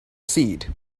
seed